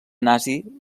nazi